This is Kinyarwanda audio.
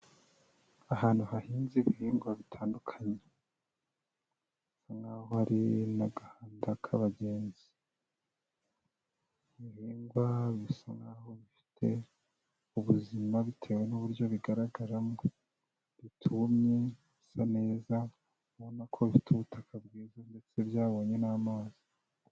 Ahantu hahinze ibihingwa bitandukanye, hasa nkaho hari n'agahanda k'abagenzi, ibihingwa bisa nkaho bifite ubuzima bitewe n'uburyo bigaragaramo, bitumye, bisa neza, ubona ko bifite ubutaka bwiza ndetse byabonye n'amazi.